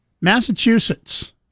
Massachusetts